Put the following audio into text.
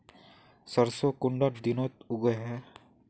सरसों कुंडा दिनोत उगैहे?